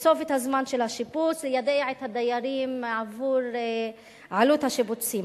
לקצוב את הזמן של השיפוץ וליידע את הדיירים על עלות השיפוצים.